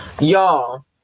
Y'all